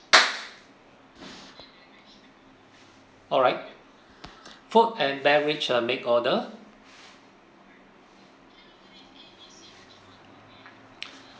alright food and beverage uh make order